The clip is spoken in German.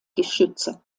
geschütze